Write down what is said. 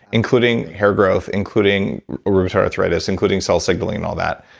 including hair growth, including rheumatoid arthritis, including cell signaling and all that.